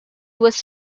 was